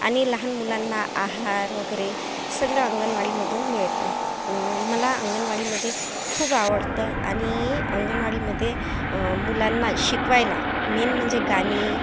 आणि लहान मुलांना आहार वगैरे सगळं अंगणवाडीमधून मिळते मला अंगणवाडीमध्ये खूप आवडतं आणि मी अंगणवाडीमध्ये मुलांना शिकवायला मेन म्हणजे गाणी